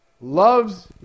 loves